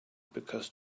because